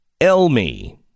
Elmi